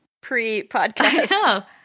pre-podcast